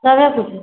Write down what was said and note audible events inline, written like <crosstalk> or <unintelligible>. सरे <unintelligible>